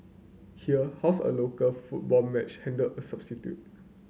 here how's a local football match handled a substitute